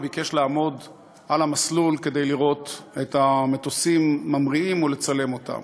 הוא ביקש לעמוד על המסלול כדי לראות את המטוסים ממריאים ולצלם אותם.